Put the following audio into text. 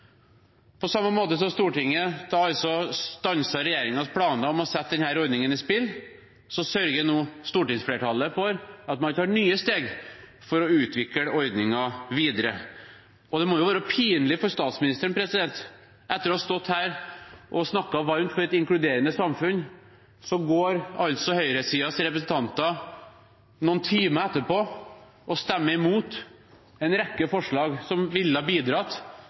På samme måte som Stortinget stanset regjeringens planer om å sette denne ordningen i spill, sørger nå stortingsflertallet for at man tar nye steg for å utvikle ordningen videre. Det må være pinlig for statsministeren, etter at hun har stått her og snakket varmt for et inkluderende samfunn, at høyresidens representanter, noen timer etterpå, går og stemmer imot en rekke forslag som nettopp ville bidratt